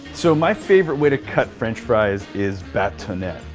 so my favorite way to cut french fries is batonnet.